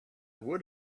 would